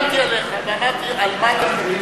ואמרתי: על מה מדברים?